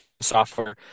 software